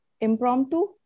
impromptu